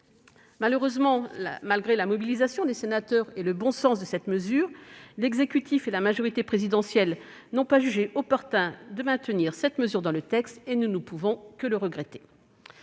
Malheureusement, malgré la mobilisation des sénateurs et en dépit du bon sens attaché à cette mesure, l'exécutif et la majorité présidentielle n'ont pas jugé opportun de la maintenir dans le texte ; nous ne pouvons que le regretter.